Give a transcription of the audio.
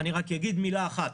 רק אגיד מילה אחת.